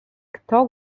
kto